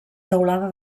teulada